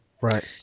Right